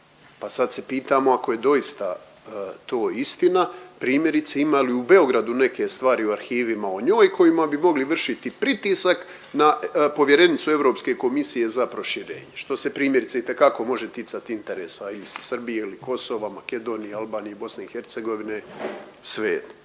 sad se pitamo ako je doista to istina, primjerice ima li u Beogradu neke stvari u arhivima o njoj kojima bi mogli vršiti pritisak na povjerenicu Europske komisije za proširenje, što se primjerice itekako može ticat interesa ili Srbije ili Kosova, Makedonije, Albanije, BIH, svejedno.